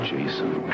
Jason